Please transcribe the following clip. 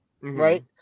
right